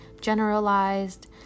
generalized